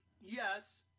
yes